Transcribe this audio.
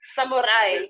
Samurai